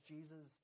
Jesus